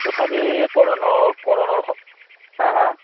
তথাপি কৰুণৰ কৰুণৰ খবৰ হাঁ হাঁ